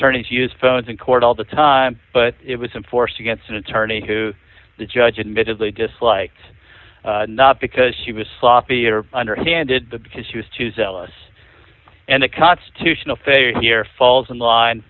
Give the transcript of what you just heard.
attorneys use phones in court all the time but it was in force against an attorney who the judge admittedly disliked not because she was sloppy or underhanded because she was too zealous and the constitutional failure here falls in line